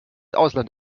ausland